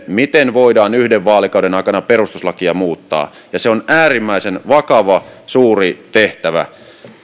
miten voidaan yhden vaalikauden aikana perustuslakia muuttaa ja se on äärimmäisen vakava suuri tehtävä